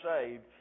saved